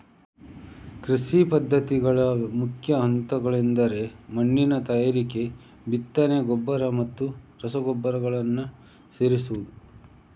ಕೃಷಿ ಪದ್ಧತಿಗಳ ಮುಖ್ಯ ಹಂತಗಳೆಂದರೆ ಮಣ್ಣಿನ ತಯಾರಿಕೆ, ಬಿತ್ತನೆ, ಗೊಬ್ಬರ ಮತ್ತು ರಸಗೊಬ್ಬರಗಳನ್ನು ಸೇರಿಸುವುದು